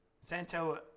Santo